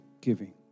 giving